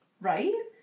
right